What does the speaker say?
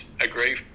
agree